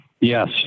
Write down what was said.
Yes